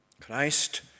Christ